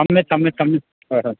ꯊꯝꯃꯦ ꯊꯝꯃꯦ ꯊꯝꯃꯦ ꯍꯣꯏ ꯍꯣꯏ